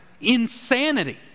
insanity